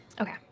Okay